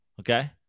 Okay